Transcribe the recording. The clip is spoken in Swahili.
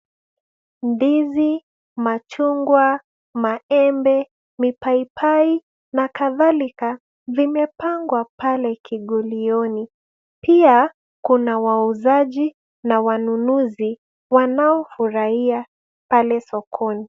Ndizi, machungwa, maembe, mipaipai na kadhalika vimepangwa pale kivulini. Pia kuna wauzaji na wanunuzi wanaofurahia pale sokoni.